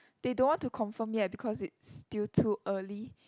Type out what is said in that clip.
they don't want to confirm yet because it's still too early